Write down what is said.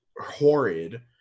horrid